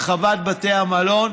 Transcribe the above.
הרחבת בתי המלון.